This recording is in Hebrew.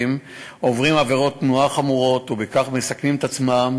עוברים עבירות תנועה חמורות ובכך מסכנים את עצמם